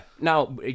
Now